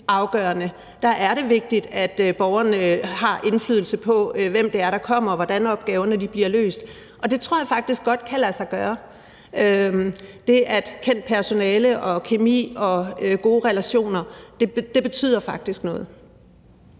der er det vigtigt, at borgerne har indflydelse på, hvem det er, der kommer, og hvordan opgaverne bliver løst. Det tror jeg faktisk godt kan lade sig gøre. Det med kendt personale, kemi og gode relationer betyder faktisk noget.